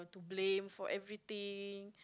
blame for everything